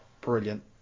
brilliant